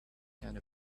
kind